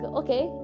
okay